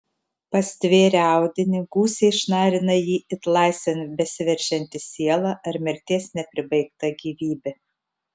pastvėrę audinį gūsiai šnarina jį it laisvėn besiveržianti siela ar mirties nepribaigta gyvybė